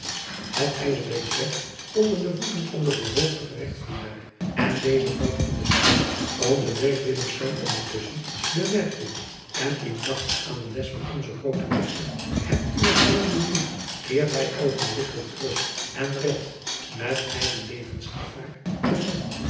et ijs breekt weg onder de voeten van den vervolgenden geregtsdienaar en deze valt in den stroom nze ondertusschen bemerkt dit en indachtig aan de les van onzen grooten eester hebt uwe vijanden lief keert hij oogenblikkelijk terug en redt met eigen driaan oosjes zn et leven van illegonda uisman levensgevaar den man